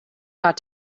got